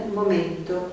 momento